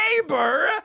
neighbor